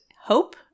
hope